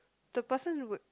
the person would